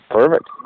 Perfect